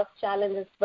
challenges